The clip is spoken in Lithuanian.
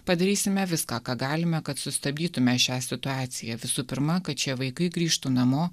padarysime viską ką galime kad sustabdytume šią situaciją visų pirma kad šie vaikai grįžtų namo